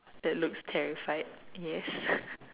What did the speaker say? that looks terrified yes